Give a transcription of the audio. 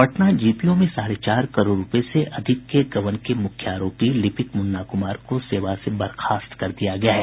Patna GPO में साढ़े चार करोड़ रूपये से अधिक के गबन के मुख्य आरोपी लिपिक मुन्ना कुमार को सेवा से बर्खास्त कर दिया गया है